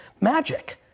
magic